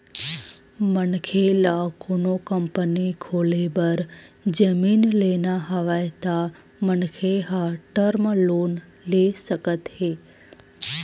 मनखे ल कोनो कंपनी खोले बर जमीन लेना हवय त मनखे ह टर्म लोन ले सकत हे